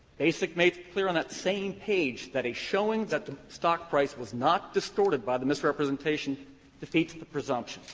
basic makes clear on that same page that a showing that the stock price was not distorted by the misrepresentation defeats the presumption.